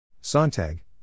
Sontag